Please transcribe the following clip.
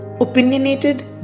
Opinionated